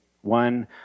one